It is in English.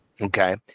Okay